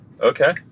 Okay